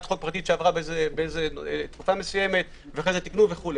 חוק פרטית שעברה בתקופה מסוימת ואז תיקנו וכו'.